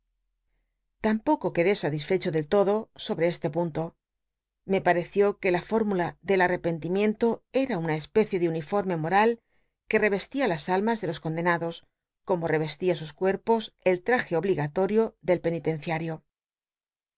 tampoco quedé satisfecho del tod o sobrc este punto me pareció que la fórmula del anepcnti miento era una especie de uniforme mo ral que re ves tia las almas ele los condenados como cvcslia sus cuerpos el tl'aje obligatorio del pcnintcnciario